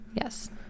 Yes